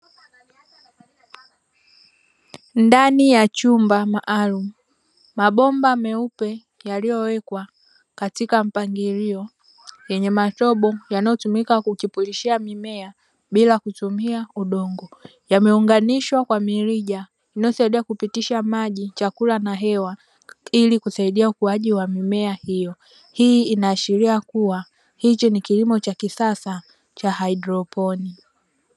Ndani ya chumba maalumu, mabomba meupe yaliyowekwa katika mpangilio yenye matobo yanayotumika kuchipulishia mimea bila kutumia udongo. Yameunganishwa kwa mirija inayosaidia kupitisha maji, chakula na hewa; ili kusaidia ukuaji wa mimea hiyo. Hii inaashiria kuwa, hichi ni kilimio cha kisasa cha haidroponi.